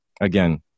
again